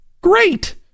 Great